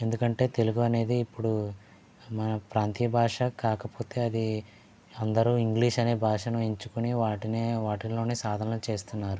ఎందుకంటే తెలుగు అనేది ఇప్పుడు మన ప్రాంతీయ భాష కాకపోతే అది అందరూ ఇంగ్లీష్ అనే భాషను ఎంచుకొని వాటినే వాటిలోనే సాధనలు చేస్తున్నారు